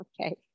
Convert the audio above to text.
okay